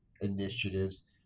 initiatives